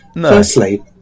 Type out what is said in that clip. firstly